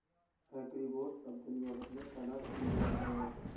agribots अब दुनिया भर में तैनात किए जा रहे हैं